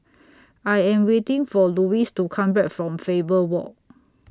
I Am waiting For Louis to Come Back from Faber Walk